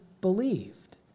believed